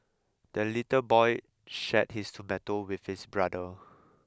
the little boy shared his tomato with his brother